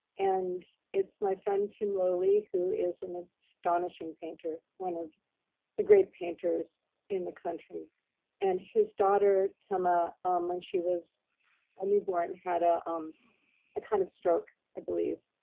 and it's my friend, tim lowly, who is an astonishing painter. one of the great painters in the country and his daughter came ah um when she was a newborn, had ah um a kind of stroke i believe.